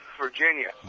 virginia